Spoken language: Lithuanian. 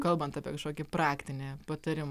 kalbant apie kažkokį praktinį patarimą